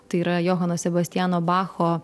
tai yra johano sebastiano bacho